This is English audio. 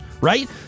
right